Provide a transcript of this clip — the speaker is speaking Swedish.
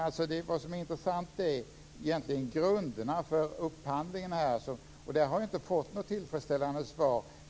Det intressanta är egentligen grunderna för upphandlingen. Jag har inte fått något tillfredsställande svar.